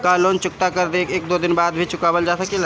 का लोन चुकता कर के एक दो दिन बाद भी चुकावल जा सकेला?